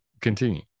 continue